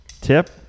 tip